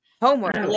Homework